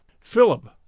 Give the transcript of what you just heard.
Philip